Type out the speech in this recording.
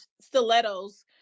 stilettos